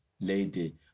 lady